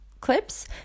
clips